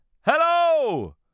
Hello